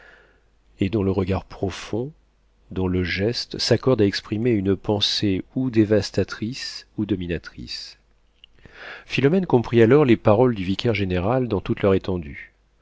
et dont le regard profond dont le geste s'accordent à exprimer une pensée ou dévastatrice ou dominatrice philomène comprit alors les paroles du vicaire-général dans toute leur étendue